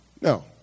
No